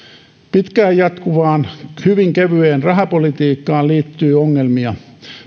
pitkään jatkuvaan hyvin kevyeen rahapolitiikkaan liittyy ongelmia